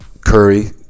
Curry